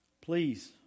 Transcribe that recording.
Please